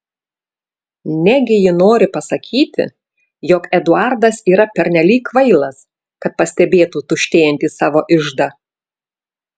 negi ji nori pasakyti jog eduardas yra pernelyg kvailas kad pastebėtų tuštėjantį savo iždą